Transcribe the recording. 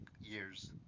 years